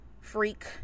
freak